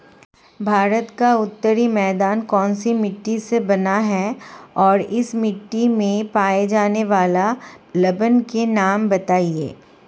भारत का उत्तरी मैदान कौनसी मिट्टी से बना है और इस मिट्टी में पाए जाने वाले लवण के नाम बताइए?